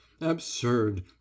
absurd